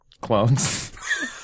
clones